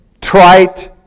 trite